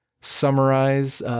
summarize